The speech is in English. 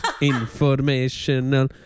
Informational